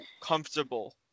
comfortable